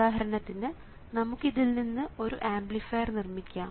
ഉദാഹരണത്തിന് നമുക്ക് ഇതിൽ നിന്ന് ഒരു ആംപ്ലിഫയർ നിർമ്മിക്കാം